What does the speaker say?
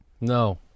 No